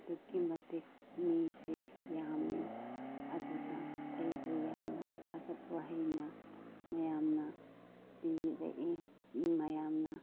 ꯑꯗꯨꯛꯀꯤ ꯃꯇꯤꯛ ꯃꯤꯁꯦ ꯌꯥꯝꯏ ꯑꯗꯨꯒ ꯑꯩꯕꯨ ꯌꯥꯝꯅ ꯊꯥꯒꯠ ꯋꯥꯍꯩꯅ ꯃꯌꯥꯝꯅ ꯄꯤꯕ ꯃꯌꯥꯝꯅ